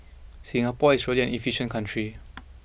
Singapore is really an efficient country